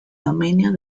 dominio